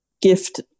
gift